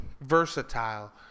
versatile